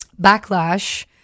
backlash